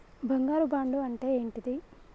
బంగారు బాండు అంటే ఏంటిది?